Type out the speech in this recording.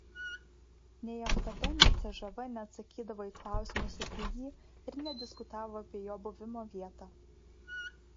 nei ftb nei cžv neatsakydavo į klausimus apie jį ir nediskutavo apie jo buvimo vietą